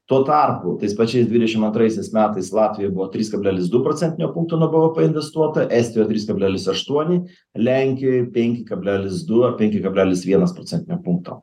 tuo tarpu tais pačiais dvidešim antraisiais metais latvijoj buvo trys kablelis du procentinio punkto nuo bvp investuota estijoje trys kablelis aštuoni lenkijoj penki kablelis du ar penki kablelis vienas procentinio punkto